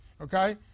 Okay